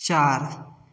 चार